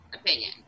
opinion